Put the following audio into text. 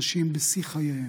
אנשים בשיא חייהם.